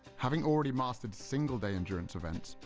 having already mastered single-day endurance events,